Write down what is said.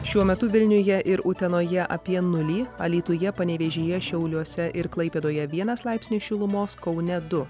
šiuo metu vilniuje ir utenoje apie nulį alytuje panevėžyje šiauliuose ir klaipėdoje vienas laipsnis šilumos kaune du